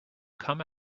come